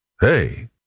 Hey